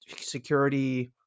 security